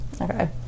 Okay